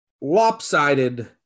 lopsided